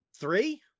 Three